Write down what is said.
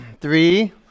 Three